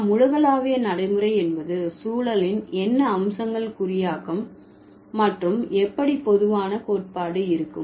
நாம் உலகளாவிய நடைமுறை என்பது சூழலின் என்ன அம்சங்கள் குறியாக்கம் மற்றும் எப்படி பொதுவான கோட்பாடு இருக்கும்